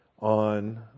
on